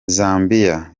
zambia